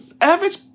average